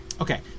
Okay